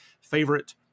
favorite